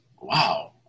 Wow